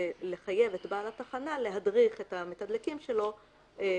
לחייב את בעל התחנה להדריך את המתדלקים שלו לוודא,